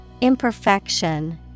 Imperfection